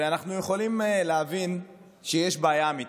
ואנחנו יכולים להבין שיש בעיה אמיתית,